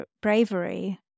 bravery